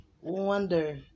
wonder